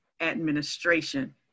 Administration